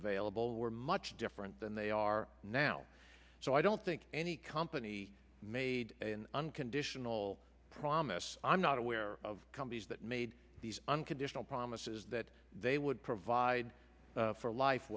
available were much different than they are now so i don't think any company made in unconditional promise i'm not aware of companies that made these unconditional promises that they would provide for life